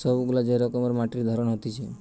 সব গুলা যে রকমের মাটির ধরন হতিছে